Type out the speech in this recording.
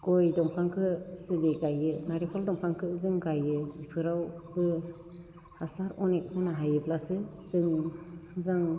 गय दंफांखो जेरै गायो नालेंखर दंफांखो जों गायो बेफोरावबो हासार अनेख होनो हायोब्लासो जों मोजां